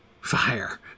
fire